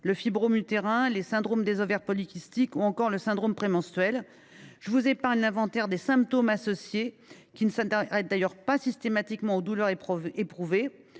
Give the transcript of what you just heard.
les fibromes utérins, le syndrome des ovaires polykystiques ou encore le syndrome prémenstruel. Je vous épargne l’inventaire des symptômes associés, qui ne s’arrêtent d’ailleurs pas systématiquement aux douleurs éprouvées,